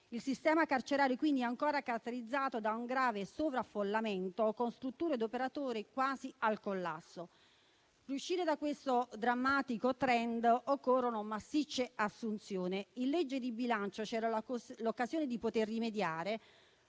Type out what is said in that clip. Il sistema carcerario, quindi, è ancora caratterizzato da un grave sovraffollamento, con strutture e operatori quasi al collasso. Per uscire da questo drammatico *trend* occorrono massicce assunzioni. In legge di bilancio c'era l'occasione di rimediare,